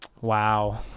Wow